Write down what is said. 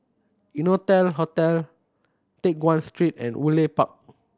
Innotel Hotel Teck Guan Street and Woodleigh Park